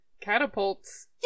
catapults